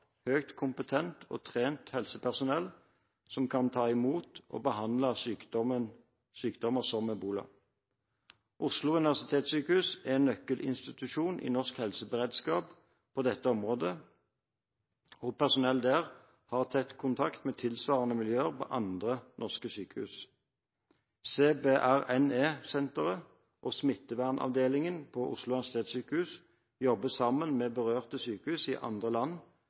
kompetent og trent helsepersonell som kan ta imot og behandle sykdommer som ebola. Oslo universitetssykehus er nøkkelinstitusjon i norsk helseberedskap på dette området, og personellet der har tett kontakt med tilsvarende miljøer på andre norske sykehus. CBRNe-senteret og smittevernavdelingen ved Oslo universitetssykehus jobber sammen med berørte sykehus i andre land